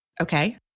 Okay